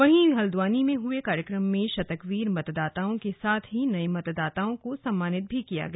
वहीं हल्द्वानी में हुए कार्यक्रम में शतकवीर मतदाताओं के साथ ही नये मतदाताओं को सम्मानित किया गया